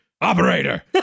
Operator